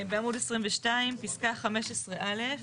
בעמוד 22, פסקה 15 (א').